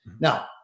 Now